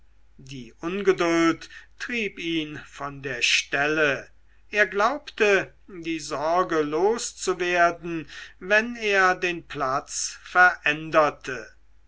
die ungeduld trieb ihn von der stelle er glaubte die sorge loszuwerden wenn er den platz veränderte